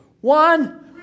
one